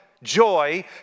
Joy